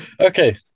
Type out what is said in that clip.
okay